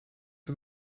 het